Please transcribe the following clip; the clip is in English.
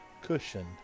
Cushion